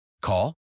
Call